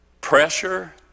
pressure